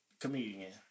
comedian